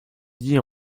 dit